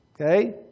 Okay